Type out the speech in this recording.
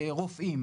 רופאים,